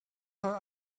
her